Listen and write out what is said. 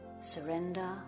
surrender